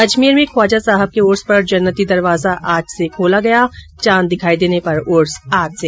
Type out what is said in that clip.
अजमेर में ख्वाजा साहब के उर्स पर जन्नती दरवाजा आज से खोला गया चांद दिखाई देने पर उर्स आज से